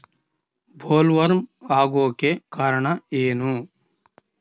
Bollworm ಆಗೋಕೆ ಕಾರಣ ಏನು?